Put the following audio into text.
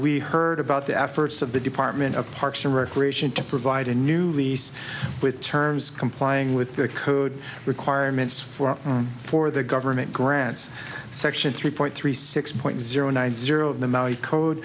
we heard about the efforts of the department of parks and recreation to provide a new lease with terms complying with their code requirements for for the government grants section three point three six point zero nine zero of the maui code